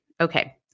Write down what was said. Okay